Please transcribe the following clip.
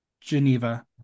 Geneva